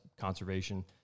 conservation